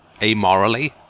amorally